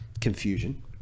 confusion